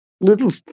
little –